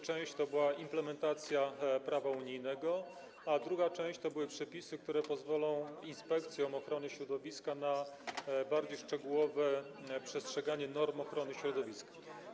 Część to była implementacja prawa unijnego, a druga część to były przepisy, które pozwolą inspekcjom ochrony środowiska na bardziej szczegółowe przestrzeganie norm ochrony środowiska.